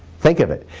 think of it,